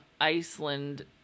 Iceland